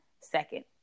second